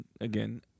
again